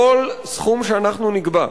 כל סכום שאנחנו נקבע,